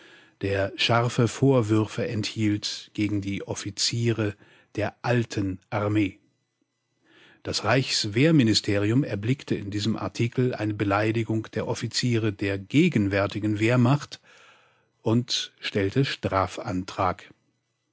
der scharfe vorwürfe enthielt gegen die offiziere der alten armee das reichswehrministerium erblickte in diesem artikel eine beleidigung der offiziere der gegenwärtigen wehrmacht und stellte strafantrag